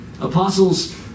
apostles